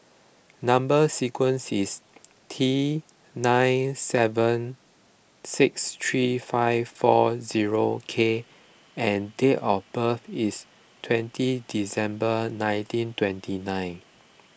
Number Sequence is T nine seven six three five four zero K and date of birth is twenty December nineteen twenty nine